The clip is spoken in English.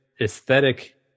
aesthetic